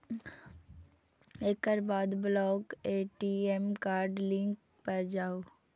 एकर बाद block ATM card link पर जाउ